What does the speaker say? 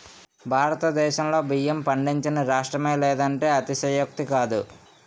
భారతదేశంలో బియ్యం పండించని రాష్ట్రమే లేదంటే అతిశయోక్తి కాదు